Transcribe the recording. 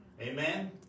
Amen